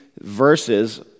verses